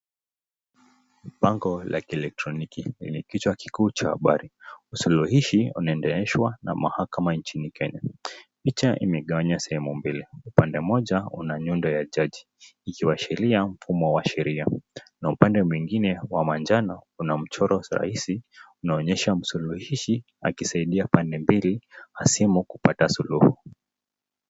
Bango la kielektroniki lenye kichwa kikuu cha habari usuluhishi linaendeshwa na mahakama nchini Kenya, picha imegawanya sehemu mbili, upande moja ina nyundo wa jaji ikiashiria mfumo wa sheria, na upande mwingine wa manjano una machoro rahisi inaonyesha msuluhishi akisaidia pande mbili hasimu kupata suluhu.